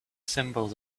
symbols